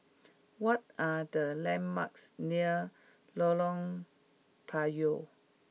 what are the landmarks near Lorong Payah